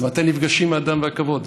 אז מתי נפגשים האדם והכבוד?